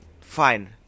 fine